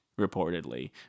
reportedly